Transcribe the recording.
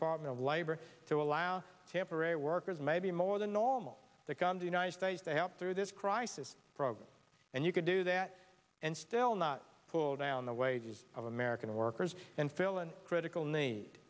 department of labor to allow temporary workers maybe more than normal take on the united states to help through this crisis program and you could do that and still not pull down the wages of american workers and fill in critical ne